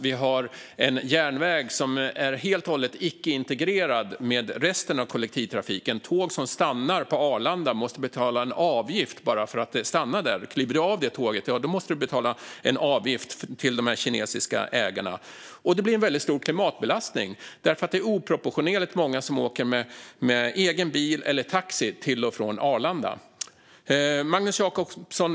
Vi har en järnväg som är helt och hållet icke-integrerad med resten av kollektivtrafiken. Tåg som stannar på Arlanda måste betala en avgift för det, och kliver du av tåget måste du betala en avgift till de kinesiska ägarna. Det blir också en väldigt stor klimatbelastning därför att oproportionerligt många åker med egen bil eller taxi till och från Arlanda. Magnus Jacobsson!